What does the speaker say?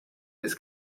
his